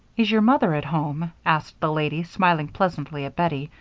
is your mother at home? asked the lady, smiling pleasantly at bettie,